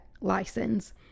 license